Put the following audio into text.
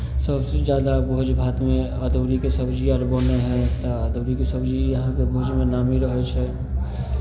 सभसँ ज्यादा भोज भातमे अदौरीके सब्जी अर बनै हइ तऽ अदौरीके सब्जी अहाँके भोजमे नामी रहै छै